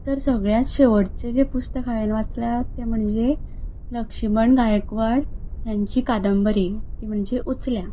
तर सगल्यान शेंवटचे जें पुस्तक हांवें वाचलां तें म्हणजे लक्ष्मण गायकवाड हेंची कादंबरी ती म्हणजे उचल्या